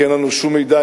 כי אין לנו שום מידע,